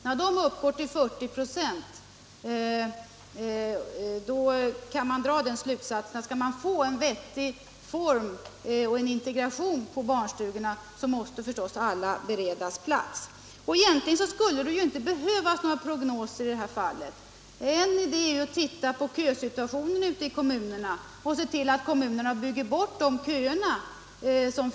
När de uppgår till 40 96 kan man dra den slutsatsen att om vi skall få en vettig integration på barnstugorna måste alla barn beredas plats där. Egentligen skulle det inte behövas några prognoser i det fallet. Man behöver ju bara se på kösituationen i kommunerna och se till att kommunerna bygger bort de köerna.